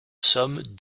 somme